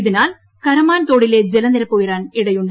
ഇതിനാൽ കരമാൻ തോടിലെ ജലനിരപ്പ് ഉയരാൻ ഇടയുണ്ട്